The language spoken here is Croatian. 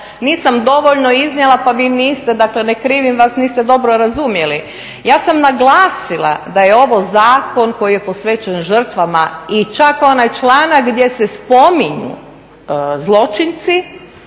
nisam dovoljno iznijela pa vi niste, dakle ne krivim vas. Niste dobro razumjeli. Ja sam naglasila da je ovo zakon koji je posvećen žrtvama i čak onaj članak gdje se spominju zločinci